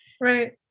Right